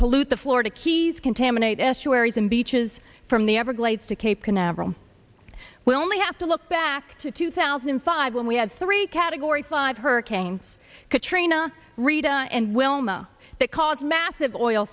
pollute the florida keys contaminate estuaries and beaches from the everglades to cape canaveral we only have to look back to two thousand and five when we had three category five hurricanes katrina rita and wilma that caused massive oil